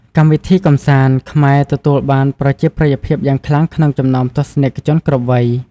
កម្មវិធីកម្សាន្ត ខ្មែរទទួលបានប្រជាប្រិយភាពយ៉ាងខ្លាំងក្នុងចំណោមទស្សនិកជនគ្រប់វ័យ។